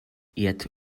yet